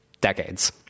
Decades